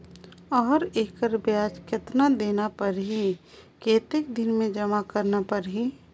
और एकर ब्याज कतना देना परही कतेक दिन मे जमा करना परही??